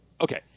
Okay